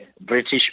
British